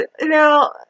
Now